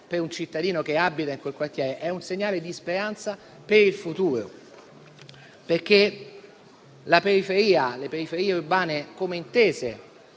per un cittadino che abita in quel quartiere, è un segnale di speranza per il futuro. Le periferie urbane, come intese